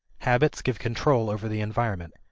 habits give control over the environment,